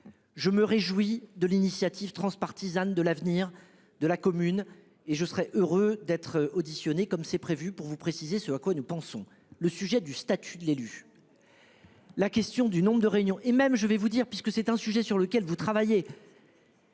Je me réjouis de l'initiative transpartisane de l'avenir de la commune et je serais heureux d'être auditionné comme c'est prévu pour vous préciser ce à quoi nous pensons le sujet du statut de l'élu. La question du nombre de réunions et même je vais vous dire parce que c'est un sujet sur lequel vous travaillez.